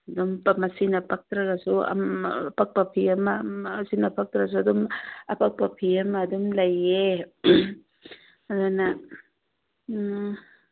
ꯑꯗꯨꯝ ꯄꯛꯄ ꯁꯤꯅ ꯄꯛꯇ꯭ꯔꯒꯁꯨ ꯑꯄꯛꯄ ꯐꯤ ꯑꯃ ꯁꯤꯅ ꯄꯛꯇ꯭ꯔꯁꯨ ꯑꯗꯨꯝ ꯑꯄꯛꯄ ꯐꯤ ꯑꯃ ꯑꯥꯗꯨꯝ ꯂꯩꯌꯦ ꯑꯗꯨꯅ